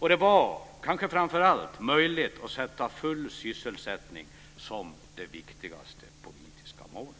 Det var möjligt att sätta full sysselsättning som det viktigaste politiska målet.